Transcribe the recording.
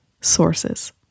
sources